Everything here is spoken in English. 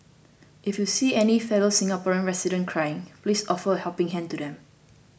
if you see any fellow Singaporean residents crying please offer a helping hand to them